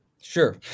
Sure